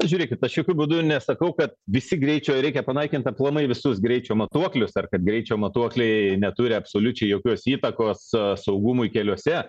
žiūrėkit aš jokiu būdu nesakau kad visi greičio reikia panaikinti aplamai visus greičio matuoklius ar kad greičio matuokliai neturi absoliučiai jokios įtakos saugumui keliuose